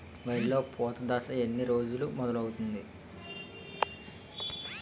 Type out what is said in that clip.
వరిలో పూత దశ ఎన్ని రోజులకు మొదలవుతుంది?